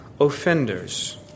offenders